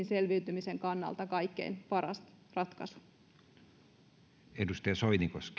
selviytymisen kannalta kaikkein paras ratkaisu arvoisa